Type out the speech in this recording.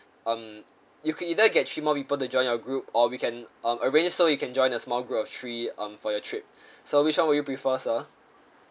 um you can either get three more people to join your group or we can um arrange so you can join a small group of three um for your trip so which one would you prefer sir